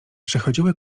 przechodziły